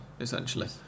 essentially